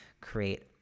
create